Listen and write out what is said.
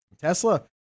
Tesla